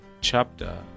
chapter